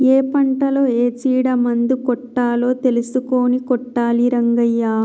ఏ పంటలో ఏ చీడ మందు కొట్టాలో తెలుసుకొని కొట్టాలి రంగయ్య